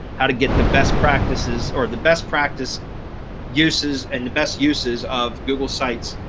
how to get the best practices or the best practice uses and the best uses of google sites.